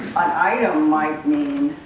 item might mean